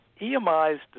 EMI's